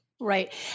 Right